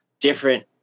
different